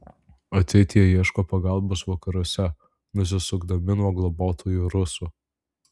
atseit jie ieško pagalbos vakaruose nusisukdami nuo globotojų rusų